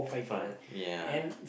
uh ya